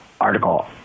article